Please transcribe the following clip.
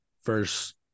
first